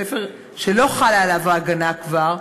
ספר שלא חלה עליו ההגנה כבר,